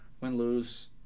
win-lose